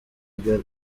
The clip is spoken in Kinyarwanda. ibyo